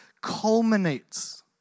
culminates